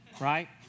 right